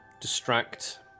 distract